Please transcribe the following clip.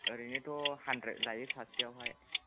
ओरैनोथ' हानद्रेद लायो सासेआवहाय